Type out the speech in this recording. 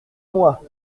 mois